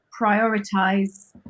prioritize